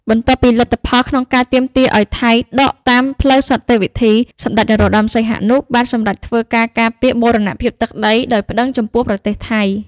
បន្ទាប់ពីលទ្ធផលក្នុងការទាមទារឱ្យថៃដកតាមផ្លូវសន្ដិវិធី សម្ដេច នរោត្តម សីហនុ បានសម្រេចធ្វើការការពារបូរណភាពទឹកដីដោយប្ដឹងចំពោះប្រទេសថៃ។